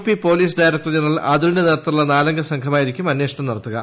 P police director general അതുലിന്റെ നേതൃത്വത്തിലുള്ള നാലംഗ സംഘമായിരിക്കും അന്വേഷണം നടത്തുക